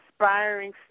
inspiring